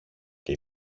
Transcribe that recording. και